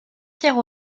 pierre